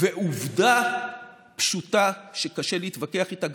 ועובדה פשוטה שקשה להתווכח איתה,